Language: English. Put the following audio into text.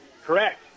Correct